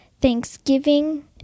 thanksgiving